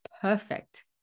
perfect